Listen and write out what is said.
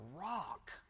rock